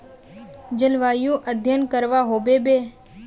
जलवायु अध्यन करवा होबे बे?